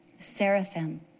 Seraphim